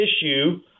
issue